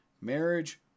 Marriage